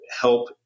help